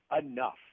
enough